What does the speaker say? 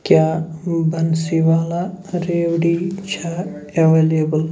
کیٛاہ بنسی والا ریوڈی چھا ایٚویلیبُل